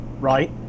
right